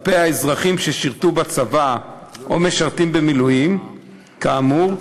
בישראל לאזרחים ששירתו בצבא או משרתים במילואים כאמור,